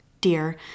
Dear